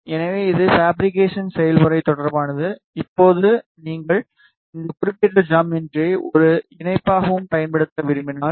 எனவே இது பாபிரிகேசன் செயல்முறை தொடர்பானது இப்போது நீங்கள் இந்த குறிப்பிட்ட ஜாமெட்ரியை ஒரு இணைப்பாகவும் பயன்படுத்த விரும்பினால்